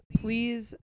Please